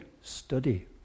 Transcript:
study